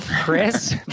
Chris